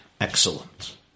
Excellent